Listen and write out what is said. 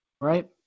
Right